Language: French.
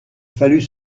fallut